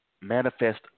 manifest